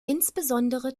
insbesondere